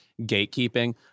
gatekeeping